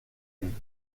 ایم